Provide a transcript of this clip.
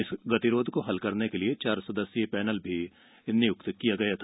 इस गतिरोध को हल करने के लिए चार सदस्यीय पैनल भी नियुक्त किया गया था